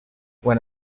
when